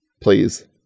please